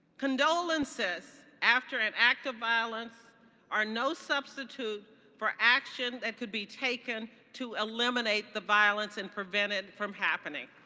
condolences after an act of violence are no substitute for action that could be taken to eliminate the violence and prevent it from happening.